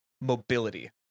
mobility